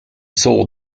saw